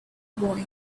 boy